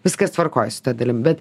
viskas tvarkoj su ta dalimi bet